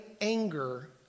anger